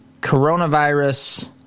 coronavirus